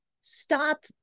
stop